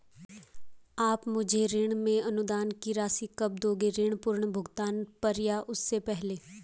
आप मुझे ऋण में अनुदान की राशि कब दोगे ऋण पूर्ण भुगतान पर या उससे पहले?